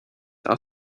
are